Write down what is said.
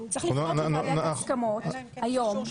צריך לפנות לוועדת ההסכמות היום.